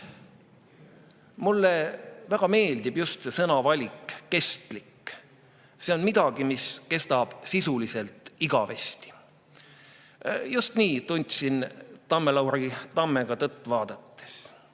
Mulle väga meeldib just see sõnavalik – kestlik. See on midagi, mis kestab sisuliselt igavesti. Just nii tundsin Tamme-Lauri tammega tõtt vaadates.